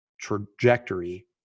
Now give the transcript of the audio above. trajectory